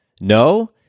No